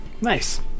Nice